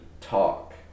Talk